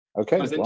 Okay